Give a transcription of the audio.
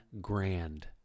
grand